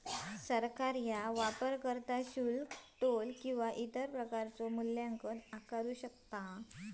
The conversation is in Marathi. सरकार वापरकर्ता शुल्क, टोल किंवा इतर प्रकारचो मूल्यांकन आकारू शकता